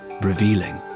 revealing